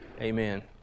Amen